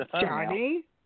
Johnny